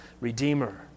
Redeemer